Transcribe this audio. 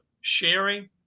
sharing